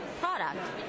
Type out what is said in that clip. product